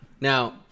now